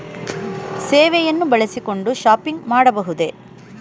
ಸೇವೆಯನ್ನು ಬಳಸಿಕೊಂಡು ಶಾಪಿಂಗ್ ಮಾಡಬಹುದೇ?